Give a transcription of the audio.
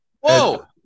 Whoa